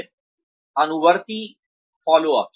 फिर अनुवर्ती follow up